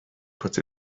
put